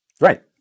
Right